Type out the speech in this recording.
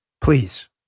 Please